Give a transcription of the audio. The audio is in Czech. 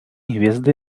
hvězdy